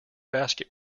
basket